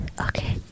Okay